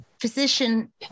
Physician